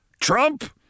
Trump